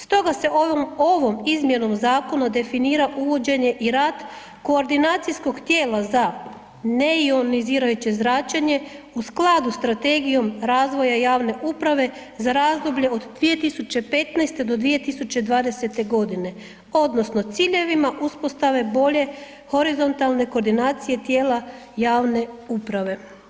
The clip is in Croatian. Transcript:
Stoga se ovom izmjenom zakona definira uvođenje i rad koordinacijskom tijela za neionizirajuće zračenje u skladu s Strategijom razvoja javne uprave za razdoblje od 2015. do 2020. godine odnosno ciljevima uspostave bolje horizontalne koordinacije tijela javne uprave.